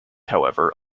however